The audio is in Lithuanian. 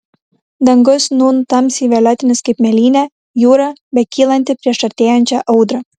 dangus nūn tamsiai violetinis kaip mėlynė jūra bekylanti prieš artėjančią audrą